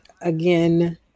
again